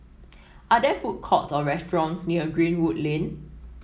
are there food courts or restaurants near Greenwood Lane